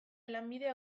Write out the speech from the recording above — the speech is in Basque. lanbidea